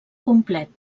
complet